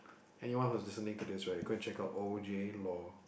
anyone who is listening to this right go and check out O_J-Law